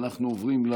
אנחנו עוברים,